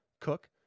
cook